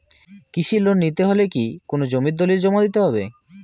কৃষি লোন নিতে হলে কি কোনো জমির দলিল জমা দিতে হবে?